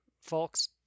folks